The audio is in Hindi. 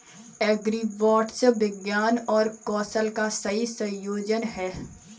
एग्रीबॉट्स विज्ञान और कौशल का सही संयोजन हैं